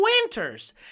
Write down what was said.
winters